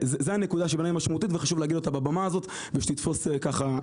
זה הנקודה שבעיניי משמעותית וחשוב להגיד אותה בבמה הזאת ושתתפוס ככה,